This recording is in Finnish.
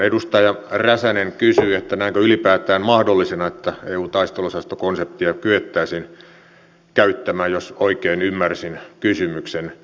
edustaja räsänen kysyi näenkö ylipäätään mahdollisena että eun taisteluosastokonseptia kyettäisiin käyttämään jos oikein ymmärsin kysymyksen